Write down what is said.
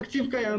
התקציב קיים.